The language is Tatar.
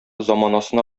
заманасына